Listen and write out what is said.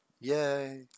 Yay